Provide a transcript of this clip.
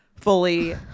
fully